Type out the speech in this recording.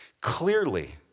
Clearly